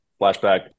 flashback